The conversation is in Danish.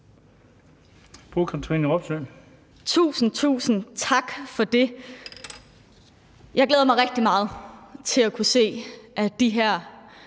Katrine Robsøe (RV): Tusind, tusind tak for det. Jeg glæder mig rigtig meget til at kunne se, at de her